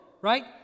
Right